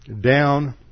down